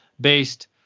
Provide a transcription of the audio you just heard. based